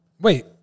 wait